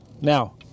now